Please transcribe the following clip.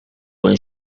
when